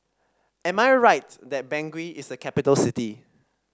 am I right that Bangui is a capital city